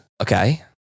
Okay